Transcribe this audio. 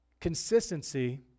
Consistency